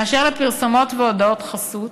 באשר לפרסומות והודעות חסות,